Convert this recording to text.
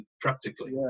practically